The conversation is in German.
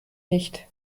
nicht